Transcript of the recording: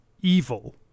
evil